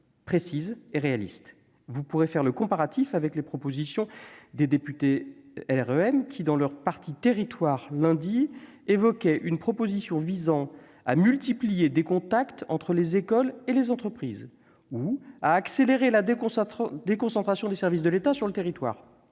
précises et réalistes. Vous pourrez faire le comparatif avec les propositions des députés LaREM, qui, dans leur partie « territoires », évoquaient lundi une proposition visant à « multiplier des contacts entre les écoles et les entreprises » ou à « accélérer la déconcentration des services de l'État sur le territoire